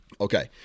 Okay